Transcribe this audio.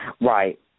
Right